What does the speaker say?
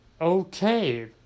Okay